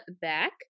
back